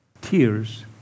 Tears